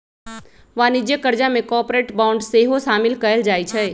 वाणिज्यिक करजा में कॉरपोरेट बॉन्ड सेहो सामिल कएल जाइ छइ